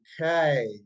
Okay